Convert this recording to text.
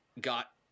got